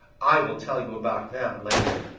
i will tell you about them later.